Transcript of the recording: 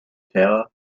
tower